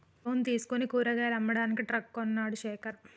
loan తీసుకుని కూరగాయలు అమ్మడానికి ట్రక్ కొన్నడు శేఖర్